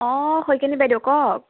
অঁ শইকীয়ানী বাইদেউ কওক